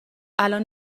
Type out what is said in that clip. الان